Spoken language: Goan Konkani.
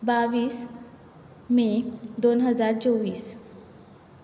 बाव्वीस मे दोन हजार चोव्वीस